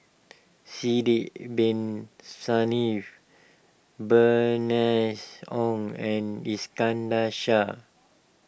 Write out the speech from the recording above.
Sidek Bin Saniff Bernice Ong and Iskandar Shah